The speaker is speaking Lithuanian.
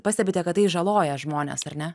pastebite kad tai žaloja žmones ar ne